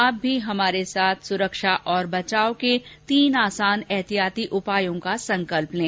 आप भी हमारे साथ सुरक्षा और बचाव के तीन आसान एहतियाती उपायों का संकल्प लें